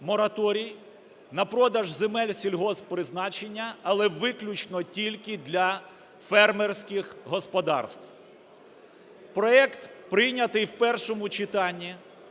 на продаж земель сільгосппризначення, але виключно тільки для фермерських господарств. Проект прийнятий в першому читанні.